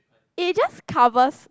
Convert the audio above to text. it just covers